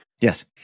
Yes